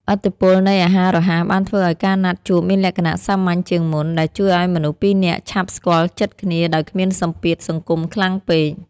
ឥទ្ធិពលនៃអាហាររហ័សបានធ្វើឱ្យការណាត់ជួបមានលក្ខណៈសាមញ្ញជាងមុន ដែលជួយឱ្យមនុស្សពីរនាក់ឆាប់ស្គាល់ចិត្តគ្នាដោយគ្មានសម្ពាធសង្គមខ្លាំងពេក។